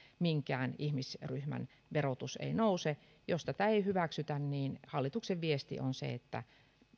minkään ihmisryhmän verotus ei nouse jos tätä ei hyväksytä niin hallituksen viesti on se että